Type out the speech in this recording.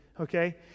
okay